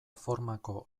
formako